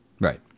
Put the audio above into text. right